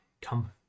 come